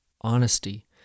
honesty